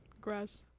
Grass